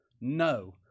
No